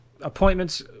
appointments